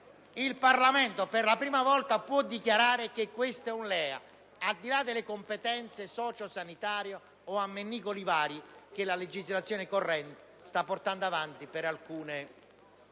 Il Parlamento, per la prima volta, può dichiarare che questo è un LEA, al di là delle competenze socio-sanitarie o degli ammennicoli vari che la legislazione corrente sta portando avanti con alcune